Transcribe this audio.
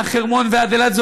מהחרמון ועד אילת,